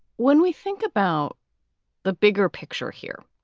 when we think about the bigger picture here.